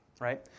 right